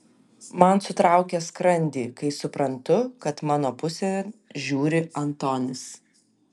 man sutraukia skrandį kai suprantu kad mano pusėn žiūri antonis